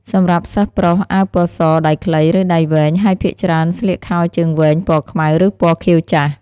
សម្រាប់សិស្សប្រុស អាវពណ៌ស ដៃខ្លី ឬដៃវែង ហើយភាគច្រើនស្លៀកខោជើងវែង ពណ៌ខ្មៅ ឬពណ៌ខៀវចាស់។